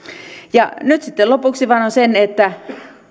nyt sitten lopuksi vain sanon sen että